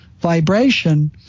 vibration